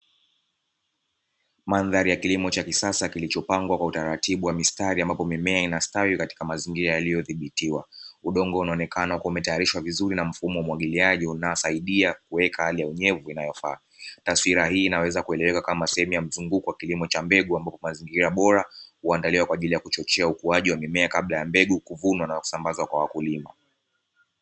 Mandhari ya kilimo cha kisasa kilichopangwa kwa utaratibu wa mistari ambapo mimea inastawi katika mazingira yaliyodhibitiwa, udongo unaonekana kuwa umetayarishwa vizuri na mfumo wa umwagiliaji, unasaidia kuweka hali ya wenyewe inayofaa, taswira hii inaweza kueleweka kama sehemu ya mzunguko wa kilimo cha mbegu ambapo mazingira bora uandaliwa kwa ajili ya kuchochea ukuaji wa mimea kabla ya mbegu kuvunwa na wasambazwa kwa wakulima.